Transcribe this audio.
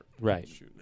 right